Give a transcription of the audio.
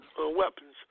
weapons